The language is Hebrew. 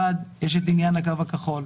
ראשית, יש את עניין הקו הכחול,